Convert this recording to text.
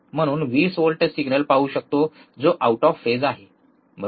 म्हणून आपण 20 volt signal पाहू शकतो जो आऊट ऑफ फेज आहे बरोबर